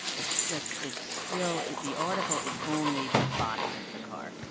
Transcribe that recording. it's just it's still the article is only the body of the car.